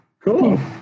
cool